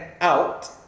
out